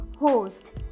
host